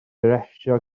arestio